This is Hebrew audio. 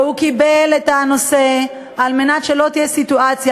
והוא קיבל את הנושא, על מנת שלא תהיה סיטואציה